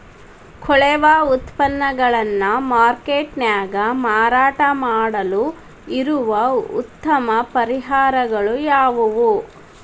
ಕೊಳೆವ ಉತ್ಪನ್ನಗಳನ್ನ ಮಾರ್ಕೇಟ್ ನ್ಯಾಗ ಮಾರಾಟ ಮಾಡಲು ಇರುವ ಉತ್ತಮ ಪರಿಹಾರಗಳು ಯಾವವು?